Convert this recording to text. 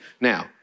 Now